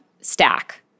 stack